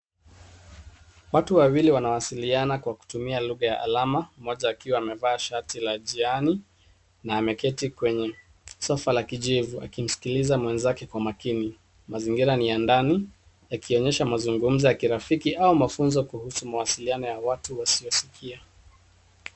Watu wawili wanawasiliana kwa kutumia lugha ya alama, mmoja akiwa amevaa shati la jani na ameketi kwenye sofa la kijivu akimsikiliza mwenzake kwa makini. Mazingira ni ya ndani yakionyesha mazungumzo ya kirafiki au mafunzo kuhusu mawasiliano ya watu wasiosikia.